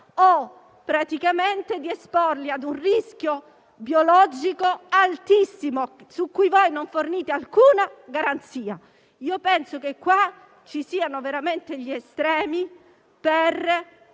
o praticamente di esporli a un rischio biologico altissimo, su cui non fornite alcuna garanzia? Penso che a questo proposito ci siano veramente gli estremi per